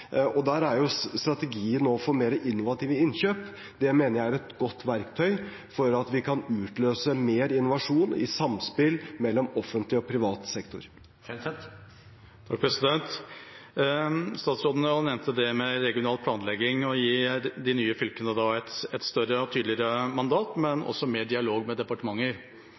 Der er strategien å få mer innovative innkjøp. Det mener jeg er et godt verktøy for å utløse mer innovasjon i et samspill mellom offentlig og privat sektor. Statsråden nevnte regional planlegging og det å gi de nye fylkene et større og tydeligere mandat, men også mer dialog med departementer.